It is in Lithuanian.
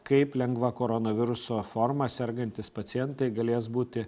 kaip lengva koronaviruso forma sergantys pacientai galės būti